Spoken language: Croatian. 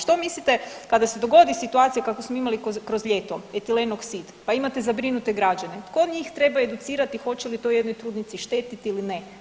Što mislite kada se dogodi situacija kakvu smo imali kroz ljeto, etilen oksid, pa imate zabrinute građane, tko njih treba educirati hoće li to jednoj trudnici štetiti ili ne.